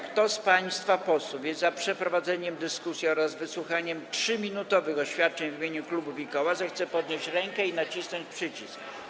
Kto z państwa posłów jest za przeprowadzeniem dyskusji oraz za wysłuchaniem 3-minutowych oświadczeń w imieniu klubów i koła, zechce podnieść rękę i nacisnąć przycisk.